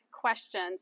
questions